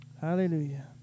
Hallelujah